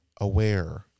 aware